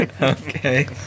Okay